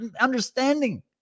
understanding